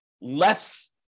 less